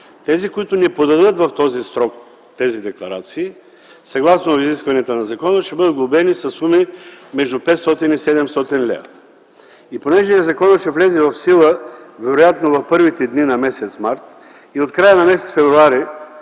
Тези, които не подадат в срок декларациите съгласно изискванията на закона, ще бъдат глобени със суми между 500 и 700 лв. Понеже законът ще влезе в сила вероятно в първите дни на м. март, от края на м. февруари